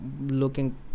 looking